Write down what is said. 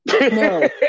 No